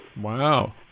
Wow